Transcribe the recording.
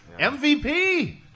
MVP